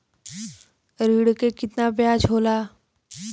ऋण के कितना ब्याज होला?